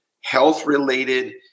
health-related